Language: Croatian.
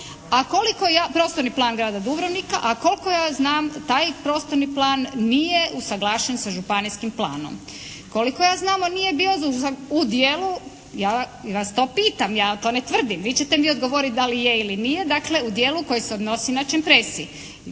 a koliko ja znam taj prostorni plan nije usuglašen sa županijskim planom. Koliko ja znam on nije bio u dijelu. Ja vas to pitam, ja to ne tvrdim. Vi ćete mi odgovoriti da li je ili nije. Dakle u dijelu koji se odnosi na čempresi,